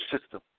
system